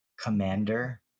Commander